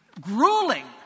grueling